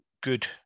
good